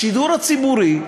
השידור הציבורי,